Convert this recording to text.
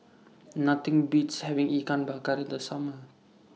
Nothing Beats having Ikan Bakar in The Summer